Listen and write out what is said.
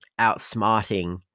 outsmarting